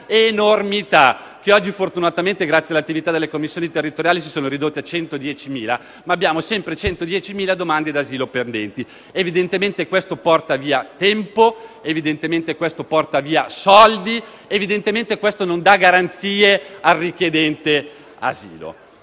che oggi fortunatamente, grazie all'attività delle commissioni territoriali, si sono ridotte a 110.000. Ma abbiamo sempre 110.000 domande d'asilo pendenti. Evidentemente questo porta via tempo e soldi, e non dà garanzie al richiedente asilo.